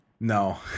No